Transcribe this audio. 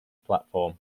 platform